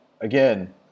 again